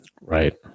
Right